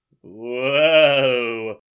Whoa